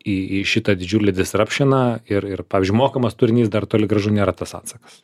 į į šitą didžiulį disrapšiną ir ir pavyzdžiui mokamas turinys dar toli gražu nėra tas atsakas